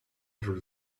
through